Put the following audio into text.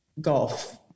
golf